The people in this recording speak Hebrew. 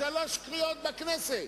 שלוש קריאות בכנסת,